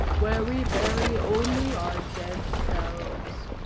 where we bury only our dead selves.